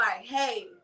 hey